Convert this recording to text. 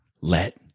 let